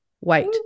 wait